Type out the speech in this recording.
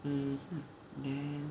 mmhmm then